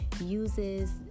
uses